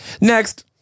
Next